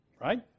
Right